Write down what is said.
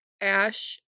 Ash